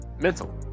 Mental